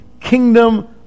kingdom